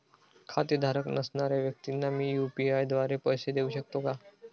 खातेधारक नसणाऱ्या व्यक्तींना मी यू.पी.आय द्वारे पैसे देऊ शकतो का?